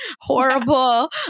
horrible